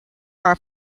are